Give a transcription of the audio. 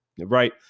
Right